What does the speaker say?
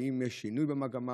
האם יש שינוי במגמה?